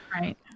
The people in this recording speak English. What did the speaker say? Right